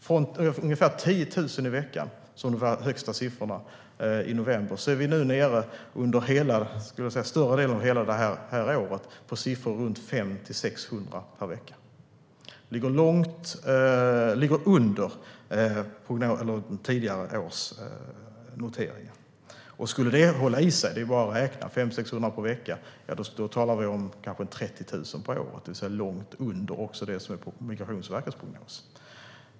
Från ungefär 10 000 i veckan, som var den högsta siffran i november, är vi i år nere i siffror på runt 500-600 per vecka. Det ligger långt under tidigare års noteringar. Skulle det hålla i sig - 500-600 per vecka - talar vi om kanske 30 000 per år, det vill säga också långt under Migrationsverkets prognos.